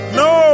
no